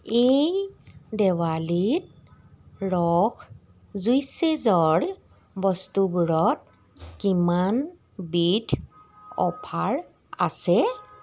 এই দেৱালীত ৰস জুইচেজৰ বস্তুবোৰত কিমানবিধ অফাৰ আছে